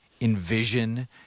envision